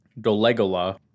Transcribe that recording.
Dolegola